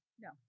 No